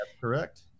Correct